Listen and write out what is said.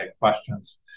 questions